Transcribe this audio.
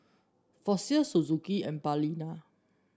Fossil Suzuki and Balina